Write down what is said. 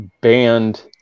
banned